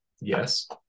Yes